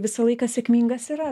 visą laiką sėkmingas yra